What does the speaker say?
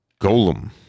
golem